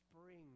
spring